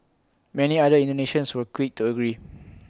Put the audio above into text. many other Indonesians were quick to agree